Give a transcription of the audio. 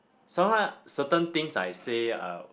sometimes certain things I say are